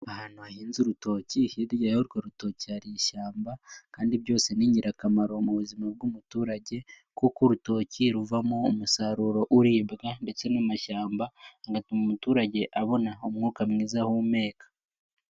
Ahantu hahinze urutoki hirya ya y'urwo rutoki hari ishyamba kandi byose ni ingirakamaro mu buzima bw'umuturage kuko urutoki ruvamo umusaruro uribwa ndetse n'amashyamba agatuma umuturage abona umwuka mwiza ahumeka.